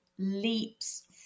leaps